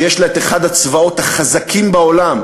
שיש לה אחד הצבאות החזקים בעולם,